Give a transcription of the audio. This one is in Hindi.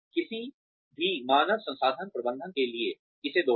किसी भी मानव संसाधन प्रबंधक के लिए इसे दोहराए